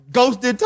Ghosted